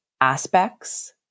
aspects